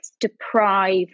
deprive